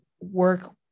work